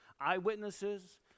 eyewitnesses